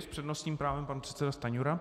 S přednostním právem pan předseda Stanjura.